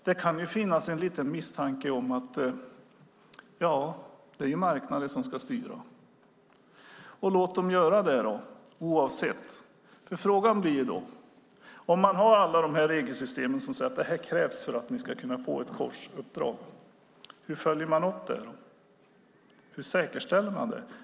Det kan finnas en misstanke om att man vill att marknaden ska styra och att man låter den göra den göra det oavsett resultat. Frågan blir då: Om man har alla dessa regelsystem för dem som får coachuppdrag, hur följer man upp och säkerställer detta?